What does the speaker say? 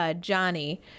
Johnny